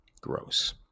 Gross